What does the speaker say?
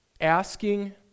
Asking